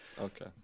okay